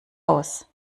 aus